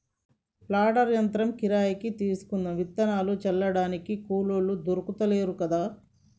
planter యంత్రం కిరాయికి తీసుకుందాం విత్తనాలు జల్లడానికి కూలోళ్లు దొర్కుతలేరు కదా